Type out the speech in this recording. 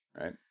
Right